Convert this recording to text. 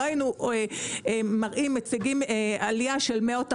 לא היינו מציגים עלייה של מאות אחוזים.